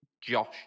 Josh